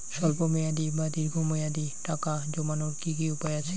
স্বল্প মেয়াদি বা দীর্ঘ মেয়াদি টাকা জমানোর কি কি উপায় আছে?